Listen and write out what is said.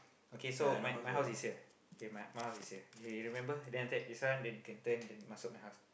okay so my my house is here k my my house is here here you remember then after that this one you can turn then masuk my house